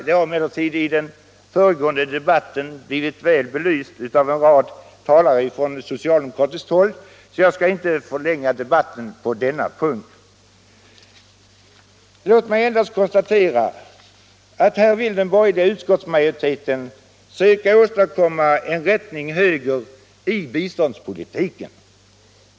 Det har emellertid redan blivit väl belyst av en rad talare från socialdemokratiskt håll, så jag skall inte förlänga debatten på denna punkt. Låt mig endast konstatera att här vill den borgerliga utskottsmajoriteten söka åstadkomma en rättning höger i biståndspolitiken.